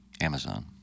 Amazon